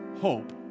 hope